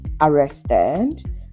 Arrested